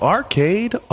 Arcade